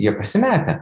jie pasimetę